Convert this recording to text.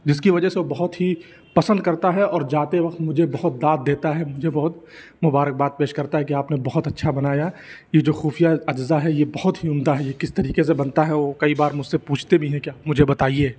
جس کی وجہ سے وہ بہت ہی پسند کرتا ہے اور جاتے وقت مجھے بہت داد دیتا ہے مجھے بہت مبارک باد پیش کرتا ہے کہ آپ نے بہت اچھا بنایا یہ جو خوفیا اجزاء ہے یہ بہت ہی عمدہ ہے یہ کس طریقے سے بنتا ہے وہ کئی بار مجھ سے پوچھتے بھی ہیں کہ مجھے بتائیے